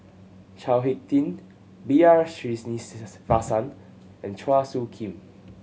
Chao Hick Tin B R Sreenivasan and Chua Soo Khim